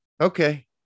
Okay